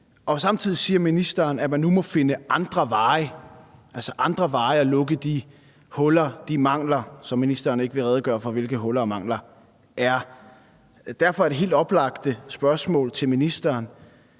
og samtidig siger ministeren, at man nu må finde andre veje til at lukke de huller, de mangler, og hvor ministeren ikke vil redegøre for, hvilke huller og mangler det er. Derfor er det helt oplagte spørgsmål til ministeren: